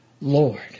Lord